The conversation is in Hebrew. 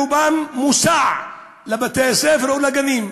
רובם מוסעים לבתי-הספר ולגנים.